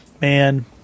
man